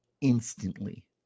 instantly